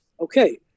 Okay